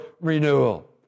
renewal